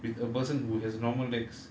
with a person who has normal legs